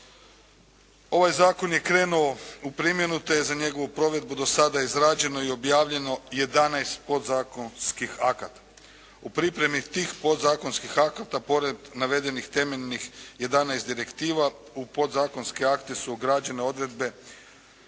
Ovaj zakon je krenuo u primjenu te je za njegovu provedbu do sada izrađeno i objavljeno jedanaest podzakonskih akata. U pripremi tih podzakonskih akata pored navedenih temeljnih 11 direktiva u podzakonske akte su ugrađene odredbe